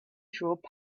through